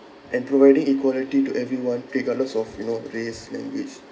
and providing equality to everyone regardless of you know race language